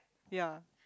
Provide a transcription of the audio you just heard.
ya